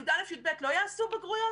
י"א', י"ב לא יעשו בגרויות?